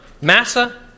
Massa